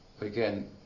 again